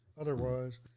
otherwise